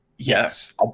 Yes